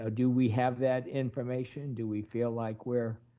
so do we have that information? do we feel like were